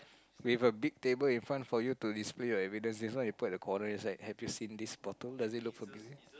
with a big table in front for you to display your evidence this one you put at the corner it's like have you seen this bottle does it look familiar